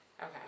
Okay